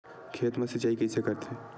खेत मा सिंचाई कइसे करथे?